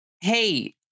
Hey